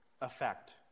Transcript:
effect